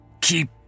keep